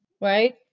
right